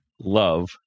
Love